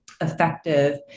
effective